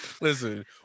Listen